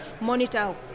monitor